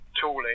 tooling